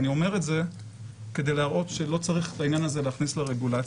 אני אומר את זה כדי להראות שלא צריך את העניין הזה להכניס לרגולציה.